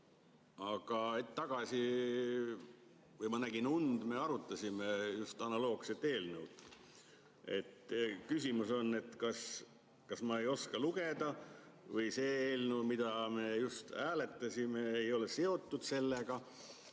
hetk tagasi – või ma nägin und? – me arutasime just analoogset eelnõu. Küsimus on, kas ma ei oska lugeda või see eelnõu, mida me just hääletasime, ei ole seotud sellega.